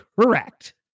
correct